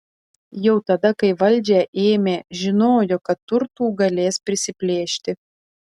jau tada kai valdžią ėmė žinojo kad turtų galės prisiplėšti